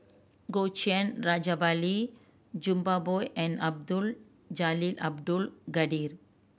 Goh Yihan Rajabali Jumabhoy and Abdul Jalil Abdul Kadir